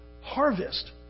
harvest